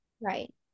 Right